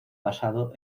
basado